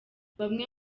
bamwe